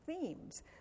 Themes